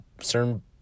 certain